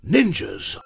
Ninjas